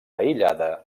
aïllada